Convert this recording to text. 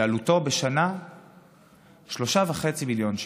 שעלותו בשנה 3.5 מיליון ש"ח.